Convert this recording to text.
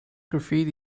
graffiti